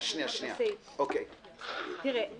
תראה,